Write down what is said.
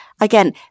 Again